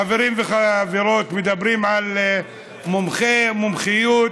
חברים וחברות, מדברים על מומחה, מומחיות.